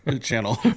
channel